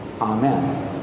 Amen